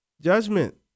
Judgment